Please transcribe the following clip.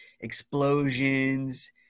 explosions